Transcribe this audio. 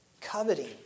Coveting